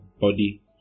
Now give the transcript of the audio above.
body